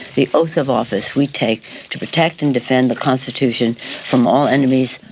the oath of office we take to protect and defend the constitution from all enemies,